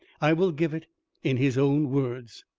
i will give it in his own words